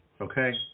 Okay